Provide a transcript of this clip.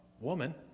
woman